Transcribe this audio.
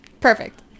Perfect